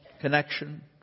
connection